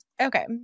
Okay